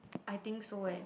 I think so eh